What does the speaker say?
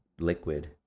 liquid